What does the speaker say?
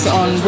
on